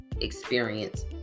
experience